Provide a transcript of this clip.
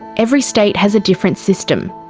every state has a different system.